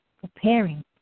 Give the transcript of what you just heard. preparing